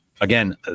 Again